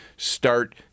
Start